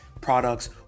products